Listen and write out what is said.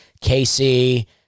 Casey